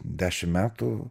dešim metų